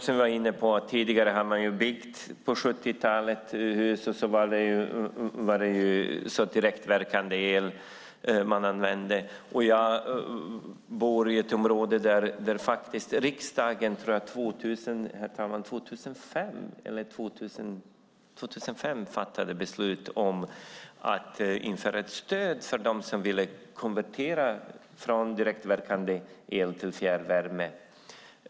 Som vi var inne på tidigare byggde man på 70-talet hus med direktverkande el. Jag tror att riksdagen 2005 fattade beslut om att införa ett stöd för dem som ville konvertera från direktverkande el till fjärrvärme.